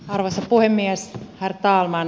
arvoisa puhemies herr talman